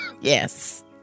Yes